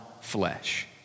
flesh